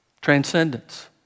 Transcendence